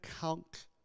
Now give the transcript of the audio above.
count